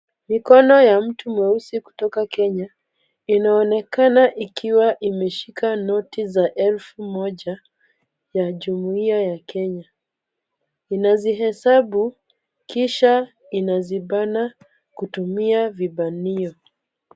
Mikono ya mtu mweusi kutoka Kenya inaonekana ikiwa imeshika noti za elfu moja ya jumuia ya Kenya, inazihesabu kisha inasipana kutumia vibanio.